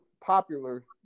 popular